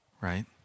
right